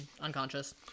unconscious